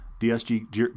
DSG